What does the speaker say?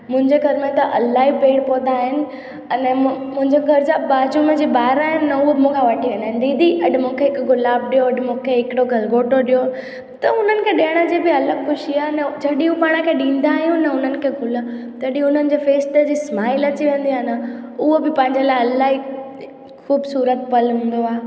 मुंहिंजे घर में त इलाही पेड़ पौधा आहिनि अने मुंहिंजे घर जा बाजू में जे ॿार आहिनि न उहे मूंखे वठी वेंदा आहिनि दीदी अॼु मूंखे हिकु गुलाब ॾियो अॼु मूंखे हिकिड़ो गलगोटो ॾियो त उन्हनि खे ॾियण जी बि अलॻि ख़ुशी आहे जॾहिं उहे पाण खे ॾींदा आहियूं न उन्हनि खे गुल तॾहिं उन्हनि जे फेस ते हेतिरी स्माइल अची वेंदी आहे न उहा बि पंहिंजे लाइ इलाही ख़ूबसूरत पल हूंदो आहे